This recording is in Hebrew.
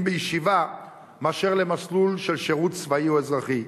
בישיבה מאשר למסלול של שירות צבאי או אזרחי.